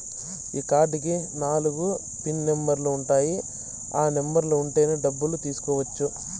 ఈ కార్డ్ కి నాలుగు పిన్ నెంబర్లు ఉంటాయి ఆ నెంబర్ ఉంటేనే డబ్బులు తీసుకోవచ్చు